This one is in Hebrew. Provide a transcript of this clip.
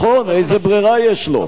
נכון, איזה ברירה יש לו?